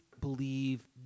believe